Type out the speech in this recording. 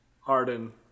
Harden